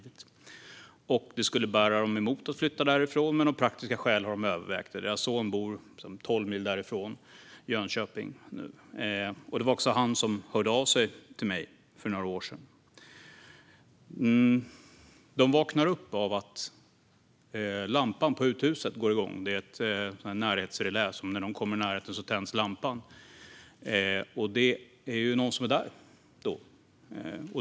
Här har de sett sina barn växa upp. Det skulle bära dem emot att flytta, men av praktiska skäl har de övervägt det. Deras son bor tolv mil därifrån i Jönköping, och det var också han som hörde av sig till mig för några år sedan. Paret vaknade upp av att lampan på uthuset går igång. Det är ett så kallat närhetsrelä, det vill säga när någon kommer i närheten tänds lampan. Någon är där.